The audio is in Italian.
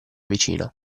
vicina